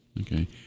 Okay